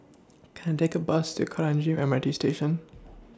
Can I Take A Bus to Kranji M R T Station